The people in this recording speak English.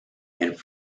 and